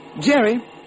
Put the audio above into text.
Jerry